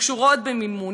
שקשורות במימון.